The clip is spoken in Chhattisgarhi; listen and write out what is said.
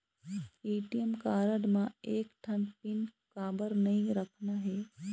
ए.टी.एम कारड म एक ठन पिन काबर नई रखना हे?